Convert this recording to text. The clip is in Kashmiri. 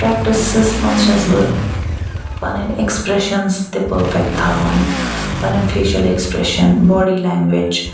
پرٛٮ۪کٹِسَس مَنٛز چھَس بہٕ پَنن ایٚکسپریٚشَنز تہٕ پٔرفیٚکٹ تھاوان پَنٕنۍ فیشَل ایٚکسپریٚشن باڈی لینٛگویج